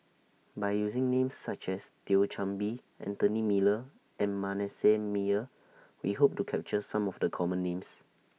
By using Names such as Thio Chan Bee Anthony Miller and Manasseh Meyer We Hope to capture Some of The Common Names